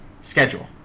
schedule